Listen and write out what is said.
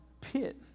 pit